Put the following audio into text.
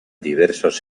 diversos